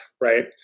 right